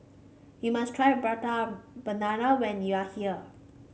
you must try Prata Banana when you are here